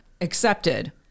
accepted